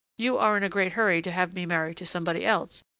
you are in a great hurry to have me married to somebody else,